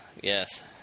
Yes